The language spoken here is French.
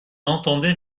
entendait